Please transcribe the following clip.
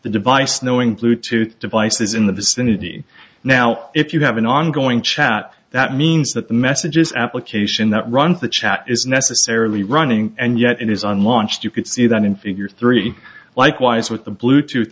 the device knowing bluetooth devices in the vicinity now if you have an ongoing chat that means that the messages application that runs the chat is necessarily running and yet it is on launched you can see that in figure three likewise with the bluetooth